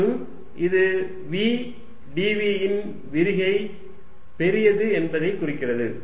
மற்றும் இது v dv இன் விரிகை பெரியது என்பதைக் குறிக்கிறது